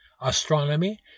astronomy